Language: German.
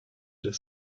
des